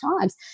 times